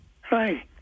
Hi